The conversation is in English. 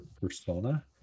persona